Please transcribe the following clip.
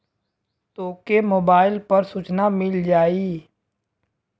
तोके मोबाइल पर सूचना मिल जाई